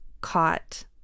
caught